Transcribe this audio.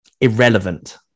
irrelevant